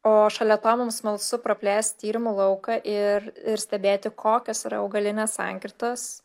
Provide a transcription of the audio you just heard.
o šalia to mum smalsu praplėst tyrimų lauką ir ir stebėti kokios yra augalinės sankirtos